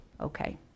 okay